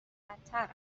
بدتر